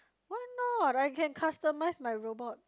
why not I can customise my robot